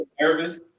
nervous